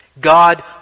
God